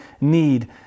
need